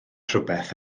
rhywbeth